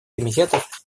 комитетов